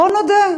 בוא נודה,